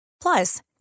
Plus